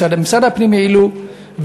משרד הפנים העלו,